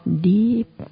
deep